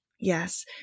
Yes